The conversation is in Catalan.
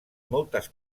moltes